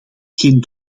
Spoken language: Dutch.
geen